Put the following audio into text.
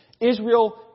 Israel